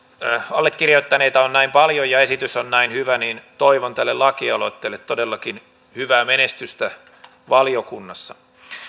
allekirjoittaneita on näin paljon ja esitys on näin hyvä toivon tälle lakialoitteelle todellakin hyvää menestystä valiokunnassa